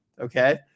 Okay